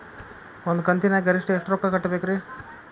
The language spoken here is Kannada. ಒಂದ್ ಕಂತಿನ್ಯಾಗ ಗರಿಷ್ಠ ಎಷ್ಟ ರೊಕ್ಕ ಕಟ್ಟಬೇಕ್ರಿ?